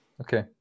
Okay